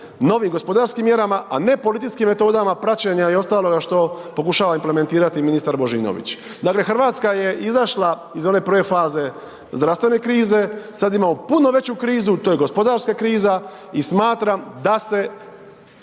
novim gospodarskim mjerama, a ne policijskim metodama praćenja i ostaloga što pokušava implementirati ministar Božinović. Dakle, Hrvatska je izašla iz one prve faze zdravstvene krize, sad imamo puno veću krizu to je gospodarska kriza i smatram da se